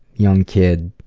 young kid